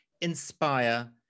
inspire